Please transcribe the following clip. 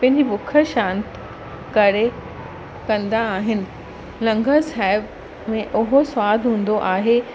पंहिंजी ॿुख शांति करे कंदा आहिनि लंगर साहिब में उहो सवादु हूंदो आहे